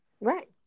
Right